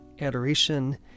adoration